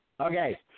Okay